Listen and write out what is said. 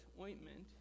ointment